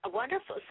Wonderful